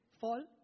fall